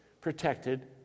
protected